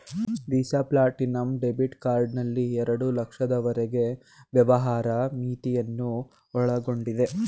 visa platinum debit card ನಲ್ಲಿ ಎರಡು ಲಕ್ಷದವರೆಗೆ ವ್ಯವಹಾರದ ಮಿತಿಯನ್ನು ಒಳಗೊಂಡಿದೆ